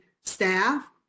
staff